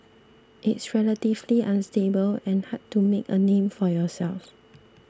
it's relatively unstable and hard to make a name for yourself